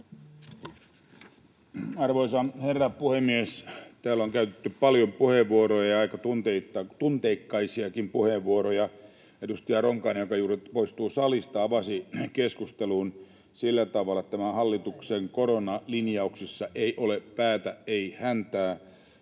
Arvoisa herra puhemies! Täällä on käytetty paljon puheenvuoroja ja aika tunteikkaitakin puheenvuoroja. Edustaja Ronkainen, joka juuri poistuu salista, avasi keskustelun sillä tavalla, että tämän hallituksen koronalinjauksissa ei ole päätä, ei häntää,